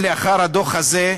שמגיעים לאלפי שקלים